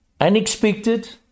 unexpected